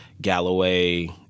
Galloway